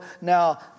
now